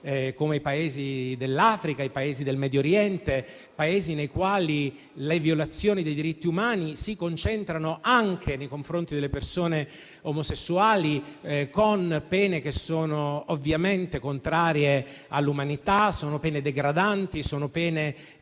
come quelli dell'Africa o del Medio Oriente, dove le violazioni dei diritti umani si concentrano anche nei confronti delle persone omosessuali, con pene ovviamente contrarie all'umanità; sono pene degradanti, che